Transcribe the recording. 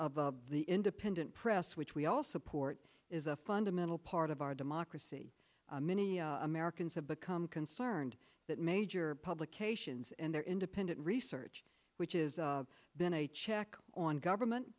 of the independent press which we all support is a fundamental part of our democracy many americans have become concerned that major publications and their independent research which is then a check on government